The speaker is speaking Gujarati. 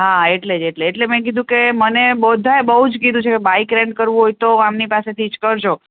હા એટલે જ એટલે જ એટલે મેં કીધું કે મને બધાએ બહુ જ કીધું છે કે બાઇક રેન્ટ કરવું હોય તો આમની પાસેથી જ કરજો